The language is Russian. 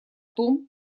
том